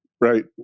Right